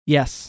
Yes